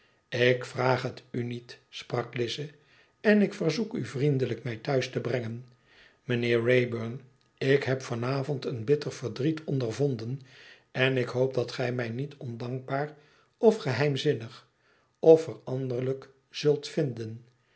ik vraag het u niet sprak lize en ik verzoek u vriendelijk mij thuis te brengen mijnheer wrayburn ik heb van avond een bitter verdriet ondervonden en ik hoop dat gij mij niet ondankbaar of geheimzinnig of veranderlijk zult vinden